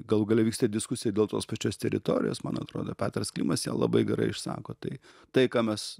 galų gale vyksta diskusija dėl tos pačios teritorijos man atrodo petras klimas ją labai gerai išsako tai tai ką mes